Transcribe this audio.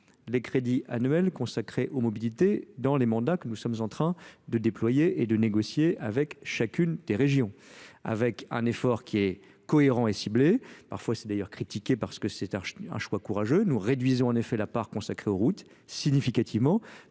Les crédits annuels consacrés aux mobilités dans dans les mandats que nous sommes en train de déployer et de négocier avec chacune des régions avec un effort qui est cohérent et ciblé parfois c'est d'ailleurs critiqué parce que c'est un choix courageux nous réduisons en effet la part consacrée réduisons en